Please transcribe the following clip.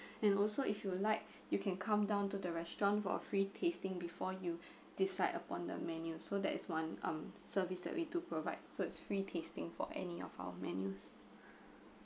and also if you will like you can come down to the restaurant for a free tasting before you decide upon the menu so that is one um service that we do provide so it is free tasting for any of our menus